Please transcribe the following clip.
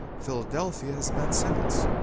philadelphia has ben simmons.